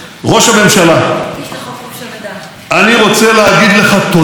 ראש הממשלה, אני רוצה להגיד לך תודה,